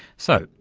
so,